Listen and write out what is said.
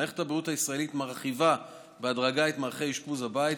מערכת הבריאות הישראלית מרחיבה בהדרגה את מערכי אשפוז הבית,